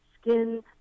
skin